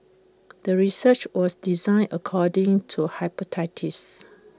the research was designed according to hypothesis